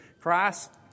Christ